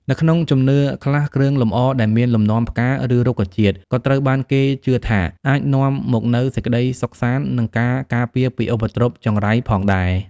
នៅក្នុងជំនឿខ្លះ គ្រឿងលម្អដែលមានលំនាំផ្កា ឬរុក្ខជាតិ ក៏ត្រូវបានគេជឿថាអាចនាំមកនូវ សេចក្តីសុខសាន្ត និងការការពារ ពីឧបទ្រពចង្រៃផងដែរ។